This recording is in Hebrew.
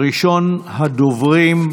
ראשון הדוברים,